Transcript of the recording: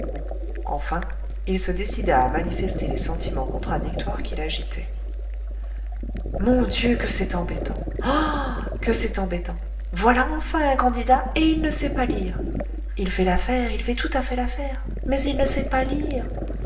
enfin il se décida à manifester les sentiments contradictoires qui l'agitaient mon dieu que c'est embêtant ah que c'est embêtant voilà enfin un candidat et il ne sait pas lire il fait l'affaire il fait tout à fait l'affaire mais il ne sait pas lire